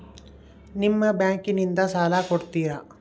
ನಿಮ್ಮ ಬ್ಯಾಂಕಿನಿಂದ ಸಾಲ ಕೊಡ್ತೇರಾ?